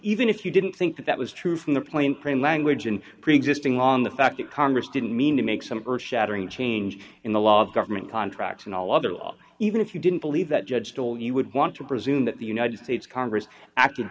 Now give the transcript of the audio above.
even if you didn't think that was true from the point pretty language and preexisting on the fact that congress didn't mean to make some earth shattering change in the laws government contracts and all other even if you didn't believe that judge toler you would want to presume that the united states congress act